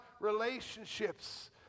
relationships